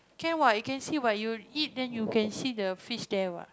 can what you can see what you eat then you can see the fish there what